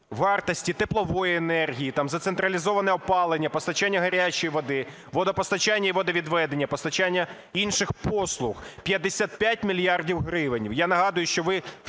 вартості теплової енергії, за централізоване опалення, постачання гарячої води, водопостачання і водовідведення, постачання інших послуг 55 мільярдів гривень.